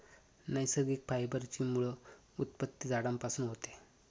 नैसर्गिक फायबर ची मूळ उत्पत्ती झाडांपासून होते